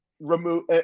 remove